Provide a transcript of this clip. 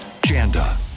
Janda